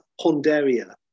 Ponderia